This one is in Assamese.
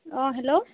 অঁ হেল্ল'